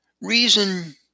Reason